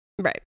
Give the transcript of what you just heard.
Right